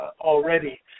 already